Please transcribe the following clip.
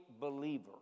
believer